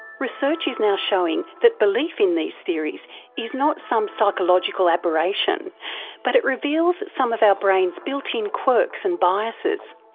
research is now showing that belief in conspiracy theories is not some psychological aberration but it reveals some of our brain's built in quirks and biases.